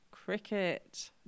Cricket